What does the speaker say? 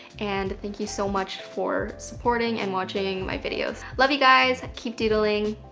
and thank you so much for supporting and watching my videos. love you, guys. keep doodling.